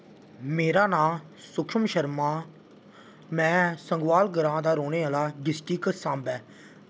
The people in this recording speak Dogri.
मेरा नांऽ सुक्शम शर्मा मैं संगोआल ग्रांऽ दा रौह्ने आह्ला डिस्टिक सांबे ऐ